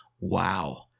Wow